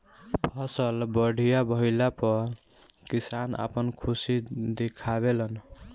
फसल बढ़िया भइला पअ किसान आपन खुशी दिखावे लन